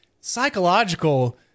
psychological